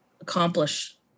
accomplish